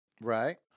Right